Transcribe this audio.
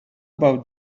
about